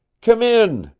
come in,